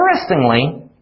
interestingly